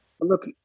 Look